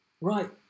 Right